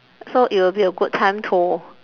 so it will be a good time to